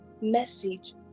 message